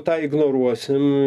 tą ignoruosim